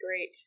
great